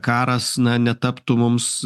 karas na netaptų mums